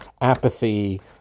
apathy